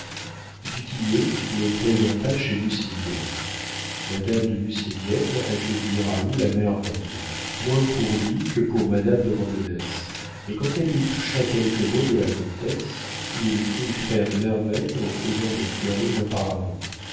tillet le présenta chez nucingen madame de nucingen accueillit raoul à merveille moins pour lui que pour madame de vandenesse mais quand elle lui toucha quelques mots de la comtesse il crut faire merveille en faisant de florine